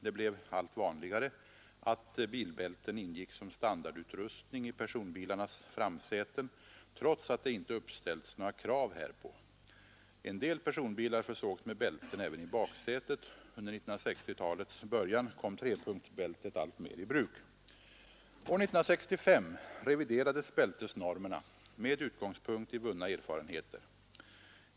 Det blev allt vanligare att bilbälten ingick som standardutrustning i personbilarnas framsäten trots att det inte uppställts några krav härpå. En del personbilar försågs med bälten även i baksätet. Under 1960-talets början kom trepunktsbältet alltmer i bruk. År 1965 reviderades bältesnormerna med utgångspunkt i vunna erfarenheter.